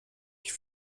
ich